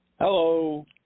Hello